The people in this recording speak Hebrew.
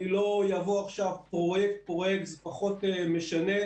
אני לא אעבור עכשיו פרויקט פרויקט, זה פחות משנה.